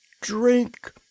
drink